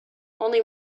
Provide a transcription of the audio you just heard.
only